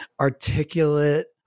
articulate